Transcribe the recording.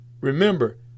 Remember